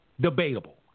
debatable